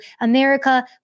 America